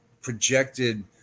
projected